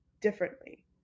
differently